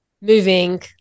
moving